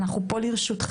אנחנו פה לרשותך,